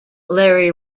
larry